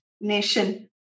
nation